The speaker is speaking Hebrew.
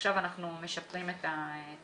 עכשיו אנחנו משפרים את התהליך.